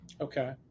Okay